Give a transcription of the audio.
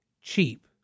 cheap